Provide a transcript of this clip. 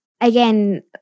again